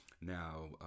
now